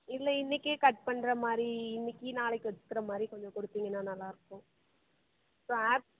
இல்லை இன்னைக்கே கட் பண்ணுற மாதிரி இன்னைக்கி நாளைக்கு வெச்சுக்கிற மாதிரி கொஞ்சம் கொடுத்தீங்கன்னா நல்லா இருக்கும் ஸோ